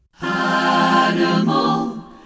Animal